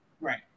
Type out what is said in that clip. Right